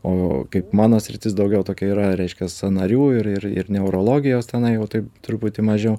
o kaip mano sritis daugiau tokia yra reiškia sąnarių ir ir ir neurologijos tenai jau taip truputį mažiau